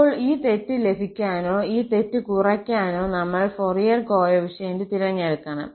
ഇപ്പോൾ ഈ തെറ്റ് ലഭിക്കാനോ ഈ തെറ്റ് കുറയ്ക്കാനോ നമ്മൾ ഫൊറിയർ കോഎഫിഷ്യന്റ് തിരഞ്ഞെടുക്കണം